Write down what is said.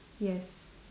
yes